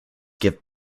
give